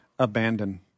abandon